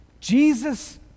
Jesus